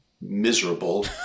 miserable